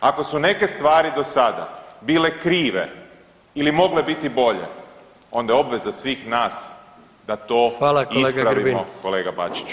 Ako su neke stvari do sada bile krive ili mogle biti bolje onda je obveza svih nas da to ispravimo kolega Bačiću.